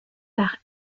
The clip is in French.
par